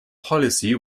policy